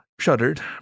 Shuddered